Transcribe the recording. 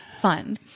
fun